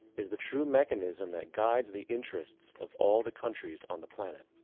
is the true mechanism, that guides the interests of all the countries on the planet.